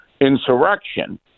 insurrection